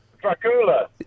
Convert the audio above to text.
Dracula